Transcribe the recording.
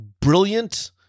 brilliant